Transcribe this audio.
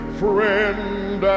friend